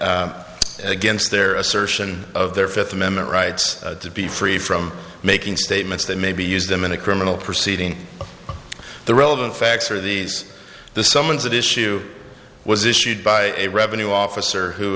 and against their assertion of their fifth amendment rights to be free from making statements that may be used them in a criminal proceeding the relevant facts are these the summons at issue was issued by a revenue officer who